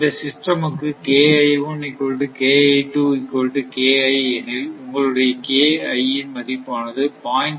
இந்த சிஸ்டம் க்கு எனில் உங்களுடையஇன் மதிப்பானது 0